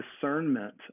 discernment